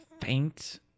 faint